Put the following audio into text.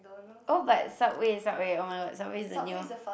oh but Subway Subway [oh]-my-god Subway is the new